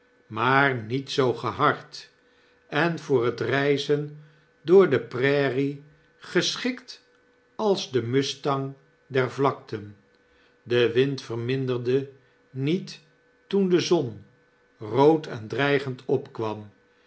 maar niet zoo gehard en voor het reizen door de prairien geschikt als de mustangs der vlakten de wind verminderde niet toen de zon rood en dreigend opkwam